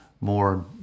more